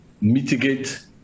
mitigate